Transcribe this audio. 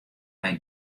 mei